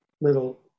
little